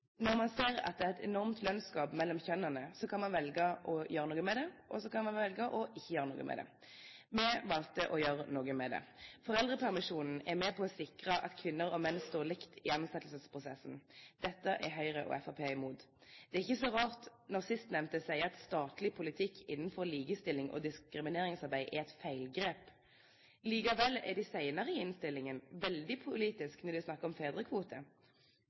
Når man ser at det er et enormt lønnsgap mellom kjønnene, kan man velge å gjøre noe med det, eller man kan velge ikke å gjøre noe med det. Vi valgte å gjøre noe med det. Foreldrepermisjonen er med på å sikre at kvinner og menn står likt i ansettelsesprosessen. Dette er Høyre og Fremskrittspartiet imot. Det er ikke så rart, når sistnevnte sier at «statlig politikk innenfor likestillings- og diskrimineringsarbeidet er et stort feilgrep». Likevel er de senere i innstillingen veldig politiske når de snakker om